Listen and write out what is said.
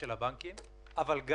תודה רבה,